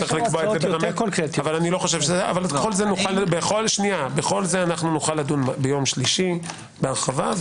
אבל בכל זה נוכל לדון ביום שלישי בהרחבה,